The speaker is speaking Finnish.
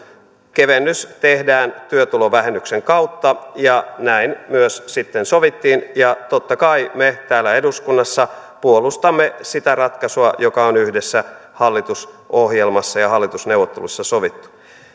kevennys tehdään työtulovähennyksen kautta ja näin myös sitten sovittiin ja totta kai me täällä eduskunnassa puolustamme sitä ratkaisua joka on yhdessä hallitusohjelmassa ja hallitusneuvotteluissa sovittu